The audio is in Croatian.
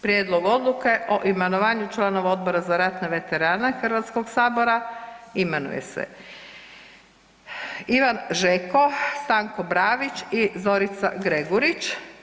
Prijedlog odluke o imenovanju članova Odbora za ratne veterane Hrvatskog sabora imenuje se Ivan Žeko, Stanko Bravić i Zorica Gregurić.